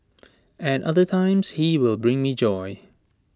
at other times he will bring me joy